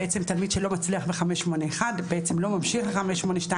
בעצם תלמיד שלא מצליח ב-581 לא ממשיך ל-582